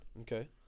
okay